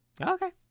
Okay